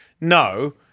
no